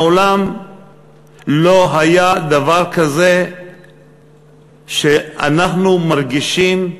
מעולם לא היה דבר כזה שאנחנו מרגישים רדיפה.